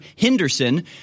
Henderson